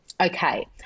okay